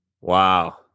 Wow